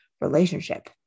relationship